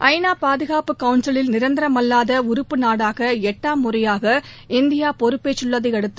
ஐநா பாதுகாப்பு கவுன்சிலில் நிரந்தரமல்லாத உறுப்பு நாடாக எட்டாம் முறையாக இந்தியா பொறுப்பேற்றுள்ளதை அடுத்து